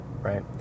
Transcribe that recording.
right